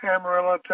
Amarillo